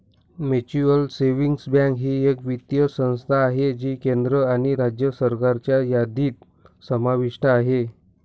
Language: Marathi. म्युच्युअल सेविंग्स बँक ही एक वित्तीय संस्था आहे जी केंद्र आणि राज्य सरकारच्या यादीत समाविष्ट आहे